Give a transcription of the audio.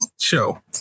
show